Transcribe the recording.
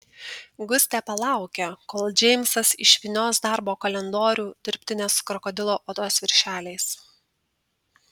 gustė palaukė kol džeimsas išvynios darbo kalendorių dirbtinės krokodilo odos viršeliais